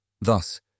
thus